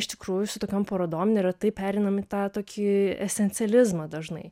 iš tikrųjų su tokiom parodom neretai pereinam į tą tokį esencializmą dažnai